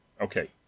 Okay